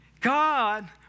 God